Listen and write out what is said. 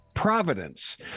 Providence